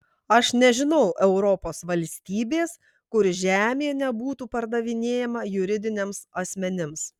aš nežinau europos valstybės kur žemė nebūtų pardavinėjama juridiniams asmenims